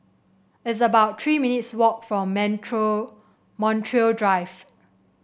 it's about Three minutes' walk for Montreal Drive